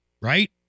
right